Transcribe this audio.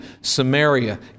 Samaria